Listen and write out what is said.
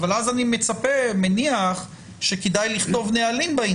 עכשיו אני מסתכל על תקנת משנה (ב) של